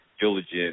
diligent